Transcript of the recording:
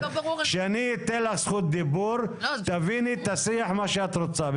כשאני אתן לך זכות דיבור תביני את השיח שאת רוצה.